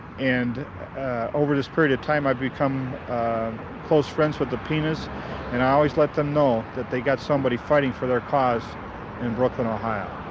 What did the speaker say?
and over this period of time i've become close friends with the penas and i always let them know that they got somebody fighting for their cause in brooklyn, ohio.